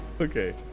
Okay